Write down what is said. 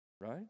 right